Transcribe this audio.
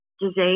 disease